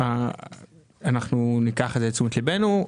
אנחנו ניקח את זה לתשומת ליבנו.